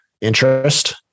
interest